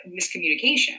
miscommunication